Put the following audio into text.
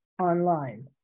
Online